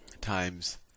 times